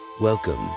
Welcome